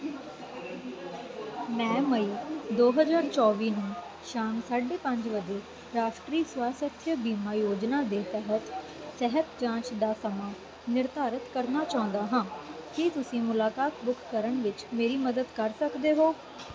ਮੈਂ ਮਈ ਦੋ ਹਜ਼ਾਰ ਚੌਵੀ ਨੂੰ ਸ਼ਾਮ ਸਾਢੇ ਪੰਜ ਵਜੇ ਰਾਸ਼ਟਰੀ ਸਵਾਸਥਯ ਬੀਮਾ ਯੋਜਨਾ ਦੇ ਤਹਿਤ ਸਿਹਤ ਜਾਂਚ ਦਾ ਸਮਾਂ ਨਿਰਧਾਰਤ ਕਰਨਾ ਚਾਹੁੰਦਾ ਹਾਂ ਕੀ ਤੁਸੀਂ ਮੁਲਾਕਾਤ ਬੁੱਕ ਕਰਨ ਵਿੱਚ ਮੇਰੀ ਮਦਦ ਕਰ ਸਕਦੇ ਹੋ